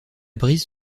brise